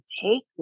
take